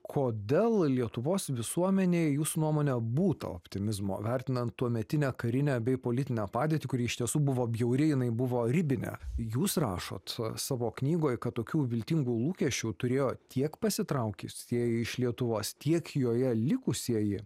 kodėl lietuvos visuomenė jūsų nuomone būta optimizmo vertinant tuometinę karinę bei politinę padėtį kuri iš tiesų buvo bjauri jinai buvo ribinė jūs rašot a savo knygoj kad tokių viltingų lūkesčių turėjo tiek pasitraukiusieji iš lietuvos tiek joje likusieji